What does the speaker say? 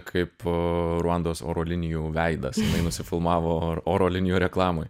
kaip ruandos oro linijų veidas jinai nusifilmavo or oro linijų reklamoj